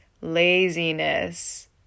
laziness